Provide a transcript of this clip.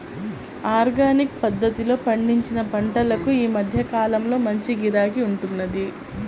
organic పద్ధతిలో పండించిన పంటలకు ఈ మధ్య కాలంలో మంచి గిరాకీ ఉంటున్నది